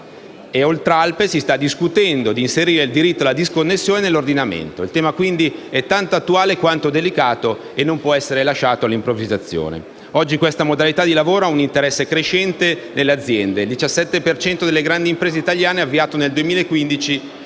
e oltralpe si sta discutendo di inserire il diritto alla disconnessione nell’ordinamento. Il tema è quindi tanto attuale quanto delicato e non può essere lasciato alla improvvisazione. Oggi questa modalità di lavoro ha un interesse crescente nelle aziende: il 17 per cento delle grandi imprese italiane ha avviato nel 2015 progetti